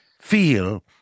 feel